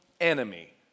enemy